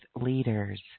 leaders